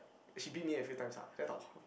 she bit me a few times ah then I thought !wah!